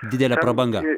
didelė prabanga